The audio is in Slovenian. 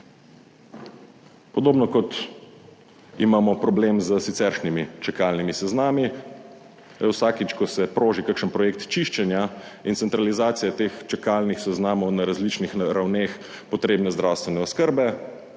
Podobno kot imamo problem s siceršnjimi čakalnimi seznami. Vsakič, ko se sproži kakšen projekt čiščenja in centralizacije teh čakalnih seznamov na različnih ravneh potrebne zdravstvene oskrbe